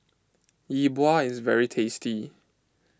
Yi Bua is very tasty